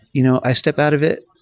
you know i step out of it.